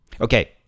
okay